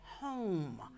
home